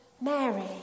Mary